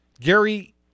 Gary